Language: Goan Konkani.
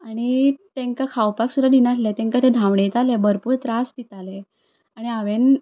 आनी तेंकां खावपाक सुद्दां दिनाशिल्लें तेंकां ते धांवणयताले भरपूर त्रास दिताले